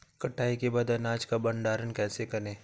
कटाई के बाद अनाज का भंडारण कैसे करें?